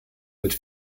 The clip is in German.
mit